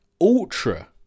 ultra